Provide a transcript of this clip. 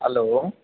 hello